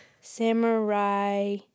Samurai